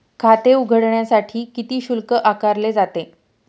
खाते उघडण्यासाठी किती शुल्क आकारले जाते?